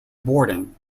boarding